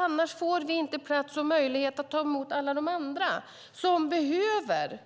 Annars får vi inte plats och möjlighet att ta emot alla de andra som behöver